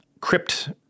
Crypt